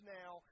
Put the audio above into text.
now